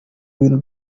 bintu